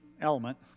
element